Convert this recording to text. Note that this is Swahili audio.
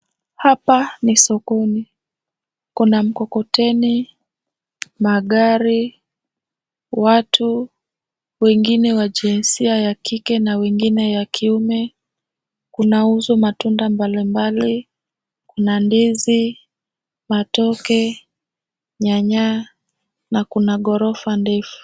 Hapa ni sokoni. Kuna mkokoteni, magari, watu wengine wa jinsia ya kike na wengine ya kiume. Kunauzwa matunda mbalimbali, kuna ndizi, matoke, nyanya, na kuna ghorofa ndefu.